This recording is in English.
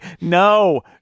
no